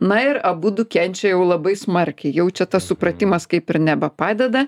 na ir abudu kenčia jau labai smarkiai jau čia tas supratimas kaip ir nebepadeda